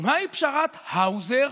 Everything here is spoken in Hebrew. מהי פשרת האוזר?